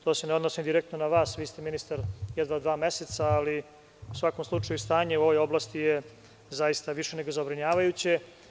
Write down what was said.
To se ne odnosi direktno na vas, vi ste ministar jedva dva meseca, ali u svakom slučaju, stanje u ovoj oblasti je zaista više nego zabrinjavajuće.